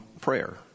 prayer